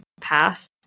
past